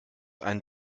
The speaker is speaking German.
einen